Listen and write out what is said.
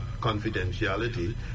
confidentiality